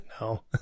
no